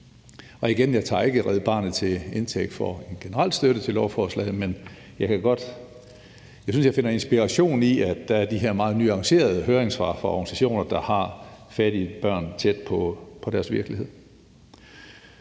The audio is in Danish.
ikke her tager jeg Red Barnet til indtægt for en generel støtte til lovforslaget, men jeg synes, jeg finder inspiration i, at der er kommet de her meget nuancerede høringssvar fra organisationer, der i deres virke har